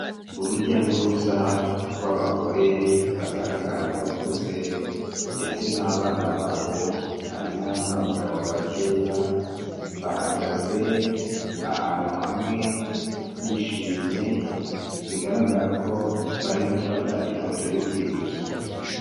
Urujya n'uruza rw'abagore bagaragara nk'abakuze, ndetse n'abana babo, harimo n'abagabo bakeya, bahagaze ahantu hamwe bishimye, bigaragara ko bari gufata ifoto y'urwibutso.